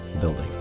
building